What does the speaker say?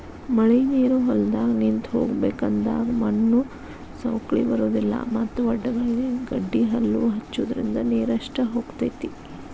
ಮಳಿನೇರು ಹೊಲದಾಗ ನಿಂತ ಹೋಗಬೇಕ ಅಂದಾಗ ಮಣ್ಣು ಸೌಕ್ಳಿ ಬರುದಿಲ್ಲಾ ಮತ್ತ ವಡ್ಡಗಳಿಗೆ ಗಡ್ಡಿಹಲ್ಲು ಹಚ್ಚುದ್ರಿಂದ ನೇರಷ್ಟ ಹೊಕೈತಿ